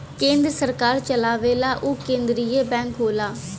केन्द्र सरकार चलावेला उ केन्द्रिय बैंक होला